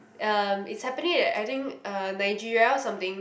um it's happening at I think uh Nigeria or something